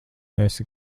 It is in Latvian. esi